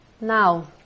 Now